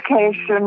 education